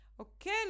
Okay